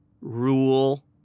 rule